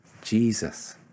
Jesus